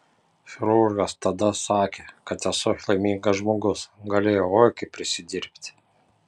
chirurgas tada sakė kad esu laimingas žmogus galėjau oi kaip prisidirbti